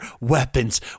weapons